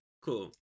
Cool